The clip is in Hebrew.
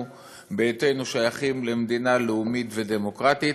בהיותנו שייכים למדינה לאומית ודמוקרטית?